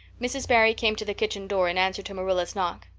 mrs. barry came to the kitchen door in answer to marilla's knock.